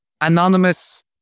Anonymous